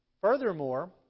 Furthermore